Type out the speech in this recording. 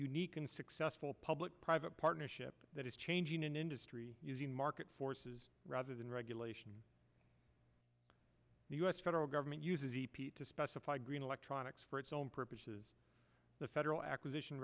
unique and successful public private partnership that is changing an industry using market forces rather than regulation the us federal government uses epeat to specify green electronics for its own purposes the federal acquisition